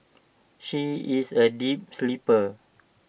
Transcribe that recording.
she is A deep sleeper